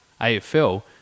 AFL